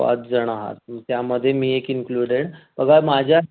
पाचजणं आहात त्यामध्ये मी एक इन्क्लुडेड बघा माझ्या